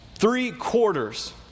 Three-quarters